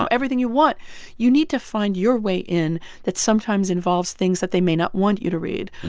so everything you want you need to find your way in that sometimes involves things that they may not want you to read,